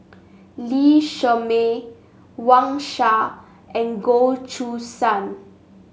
Lee Shermay Wang Sha and Goh Choo San